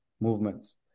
movements